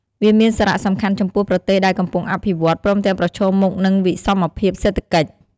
វាមានសារៈសំខាន់ចំពោះប្រទេសដែលកំពុងអភិវឌ្ឍ ព្រមទាំងប្រឈមមុខនឹងវិសមភាពសេដ្ឋកិច្ច។